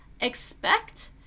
Expect